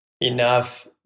enough